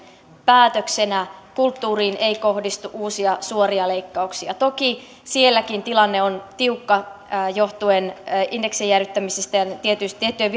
päätöksenä kulttuuriin ei kohdistu uusia suoria leikkauksia toki sielläkin tilanne on tiukka johtuen indeksien jäädyttämisistä ja tiettyjen